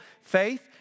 faith